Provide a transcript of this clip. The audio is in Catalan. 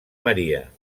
maria